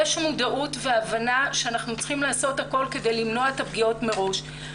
יש מודעות והבנה שאנחנו צריכים לעשות הכול כדי למנוע את הפגיעות מראש.